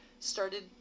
Started